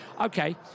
Okay